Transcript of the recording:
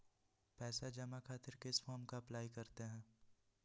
पैसा जमा खातिर किस फॉर्म का अप्लाई करते हैं?